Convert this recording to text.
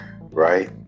right